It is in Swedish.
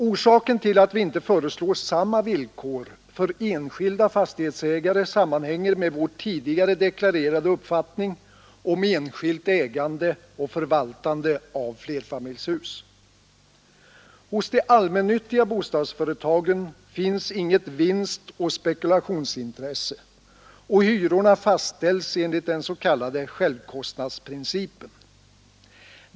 Orsaken till att vi inte föreslår samma villkor för enskilda fastighetsägare sammanhänger med vår tidigare deklarerade uppfattning om enskilt ägande och förvaltande av flerfamiljshus. Hos de allmännyttiga bostadsföretagen finns inget vinstoch spekulationsintresse, och hyrorna fastställs enligt den s.k. självkostnadsprincipen.